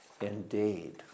indeed